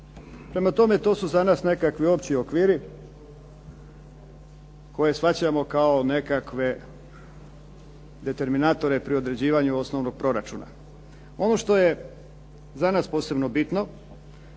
Prema tome, to su za nas nekakvi opći okviri koje shvaćamo kao nekakve determinatore pri određivanju osnovnog proračuna. Ono što je za nas posebno bitno